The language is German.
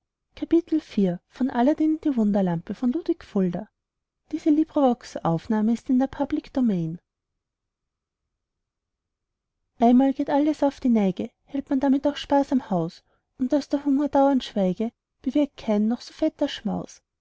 einmal geht alles auf die neige hält man damit auch sparsam haus und daß der hunger dauernd schweige bewirkt kein noch so fetter schmaus